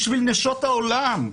בשביל נשות העולם.